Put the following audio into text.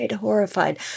horrified